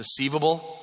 Deceivable